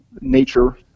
nature